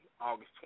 August